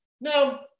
Now